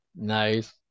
Nice